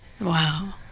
Wow